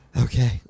Okay